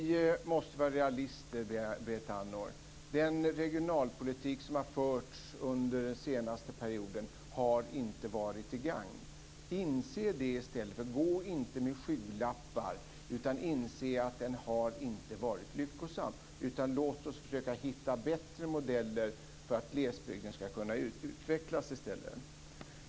Vi måste vara realister, Berit Andnor. Den regionalpolitik som har förts under den senaste perioden har inte varit till gagn. Gå inte med skygglappar, utan inse att den inte har varit lyckosam! Låt oss i stället försöka hitta bättre modeller för att glesbygden skall kunna utvecklas!